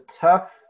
tough